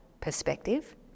perspective